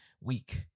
week